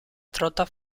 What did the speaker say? trota